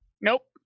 nope